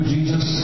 Jesus